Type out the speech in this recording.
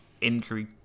injury